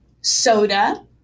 Soda